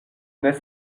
n’est